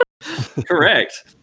correct